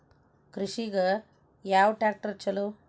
ಕೃಷಿಗ ಯಾವ ಟ್ರ್ಯಾಕ್ಟರ್ ಛಲೋ?